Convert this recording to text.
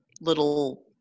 little